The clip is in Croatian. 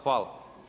Hvala.